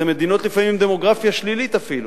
זה מדינות לפעמים עם דמוגרפיה שלילית, אפילו.